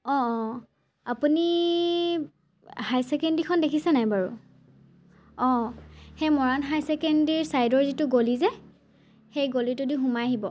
অঁ অঁ আপুনি হাই ছেকেণ্ডেৰীখন দেখিছে নাই বাৰু অঁ সেই মৰাণ হাই ছেকেণ্ডেৰীৰ ছাইডৰ যিটো গলি যে সেই গলিটোদি সোমাই আহিব